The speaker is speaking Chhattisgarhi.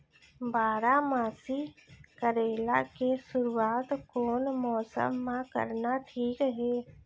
बारामासी करेला के शुरुवात कोन मौसम मा करना ठीक हे?